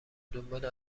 دنبال